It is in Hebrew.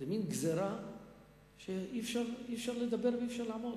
הוא מין גזירה שאי-אפשר לדבר ואי-אפשר לעמוד.